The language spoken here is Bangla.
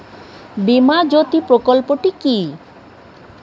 বীমা জ্যোতি প্রকল্পটি কি?